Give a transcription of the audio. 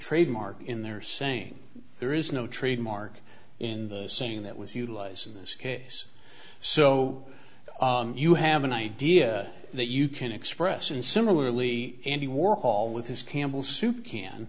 trademark in there saying there is no trademark in the scene that was utilized in this case so you have an idea that you can express and similarly andy warhol with his campbell's soup can